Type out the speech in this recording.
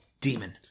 demon